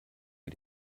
wir